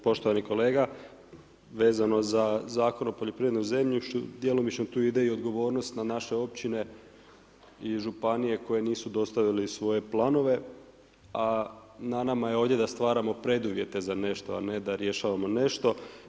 Poštovani kolega, vezano za Zakon o poljoprivrednom zemljištu, djelomično tu ide odgovornost i na naše općine i županije koji nisu dostavili svoje planove a nama je ovdje da stvaramo preduvjete za nešto a ne da rješavamo nešto.